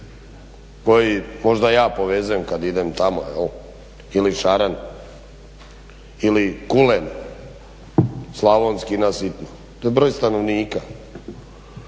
koji možda ja povezujem kad idem tamo ili šaran ili kulen slavonski na sitno. To je broj stanovnika,